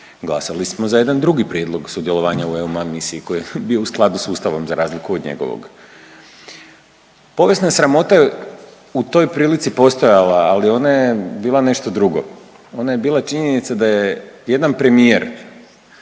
Glasali smo za jedan drugi prijedlog sudjelovanja u EUMUM misiji koji je bio u skladu sa Ustavom za razliku od njegovog. Povijesna sramota je u toj prilici postojala, ali ona je bila nešto drugo. Ona je bila činjenica da je jedan premijer